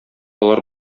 алар